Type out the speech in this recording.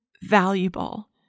valuable